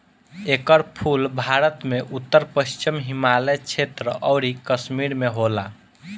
एकर फूल भारत में उत्तर पश्चिम हिमालय क्षेत्र अउरी कश्मीर में होला